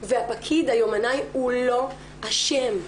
והפקיד היומנאי הוא לא אשם.